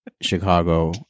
chicago